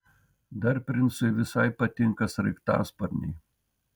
dar princui visai patinka sraigtasparniai